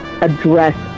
address